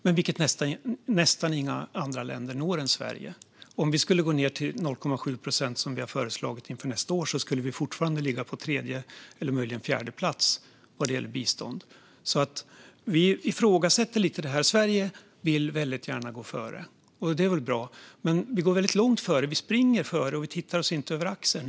Men det når nästan inga andra länder än Sverige. Om Sverige skulle gå ned till 0,7 procent, som vi har föreslagit inför nästa år, skulle Sverige fortfarande ligga på tredje eller möjligen fjärde plats vad gäller bistånd. Sverigedemokraterna ifrågasätter alltså det här lite. Sverige vill väldigt gärna gå före. Och det är väl bra. Men vi går väldigt långt före. Vi springer före, och vi tittar oss inte över axeln.